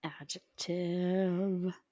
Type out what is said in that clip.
adjective